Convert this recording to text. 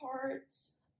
parts